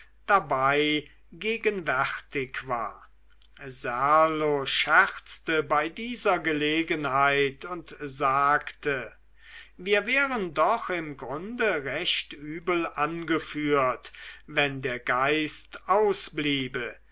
dabei gegenwärtig war serlo scherzte bei dieser gelegenheit und sagte wir wären doch im grunde recht übel angeführt wenn der geist ausbliebe